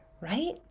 right